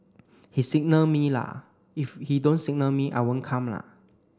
he signal me la if he don't signal me I won't come la